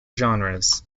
genres